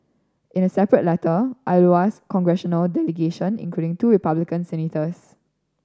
in a separate letter Iowa's congressional delegation including two Republican senators